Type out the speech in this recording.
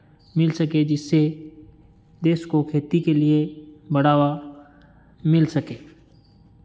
मिल सके जिससे देश को खेती के लिए बढ़ावा मिल सके